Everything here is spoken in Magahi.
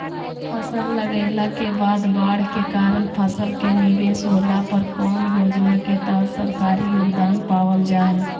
फसल लगाईला के बाद बाढ़ के कारण फसल के निवेस होला पर कौन योजना के तहत सरकारी योगदान पाबल जा हय?